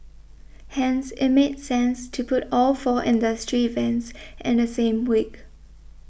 hence it made sense to put all four industry events in the same week